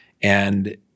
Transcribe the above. And-